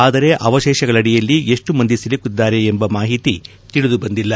ಆದರೆ ಅವಶೇಷಗಳಡಿಯಲ್ಲಿ ಎಷ್ಟು ಮಂದಿ ಸಿಲುಕಿದ್ದಾರೆ ಎಂಬ ಮಾಹಿತಿ ತಿಳಿದುಬಂದಿಲ್ಲ